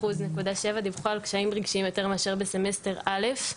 86.7% דיווחו על קשיים רגשיים יותר מבסמסטר א'.